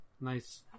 nice